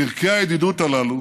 פרקי הידידות הללו